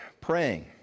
praying